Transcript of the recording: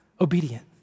obedient